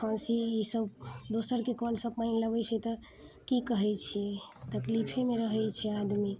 खाँसी ई सभ दोसरके कलसँ पानि लबै छियै तऽ की कहै छियै तकलीफेमे रहै छै आदमी